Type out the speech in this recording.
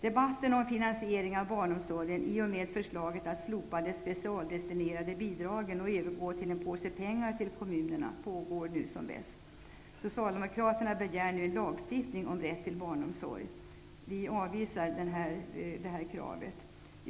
Debatten om finansiering av barnomsorgen i och med förslaget att slopa de specialdestinerade bidragen och övergå till en påse pengar till kommunerna pågår nu som bäst. Socialdemokraterna begär nu lagstiftning om rätt till barnomsorg. Vi avvisar det kravet.